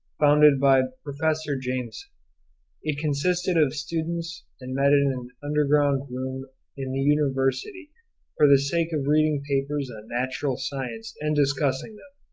founded by professor jameson it consisted of students and met in an underground room in the university for the sake of reading papers on natural science and discussing them.